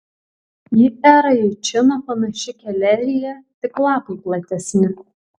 į eraičiną panaši kelerija tik lapai platesni